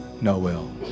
Noel